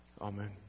Amen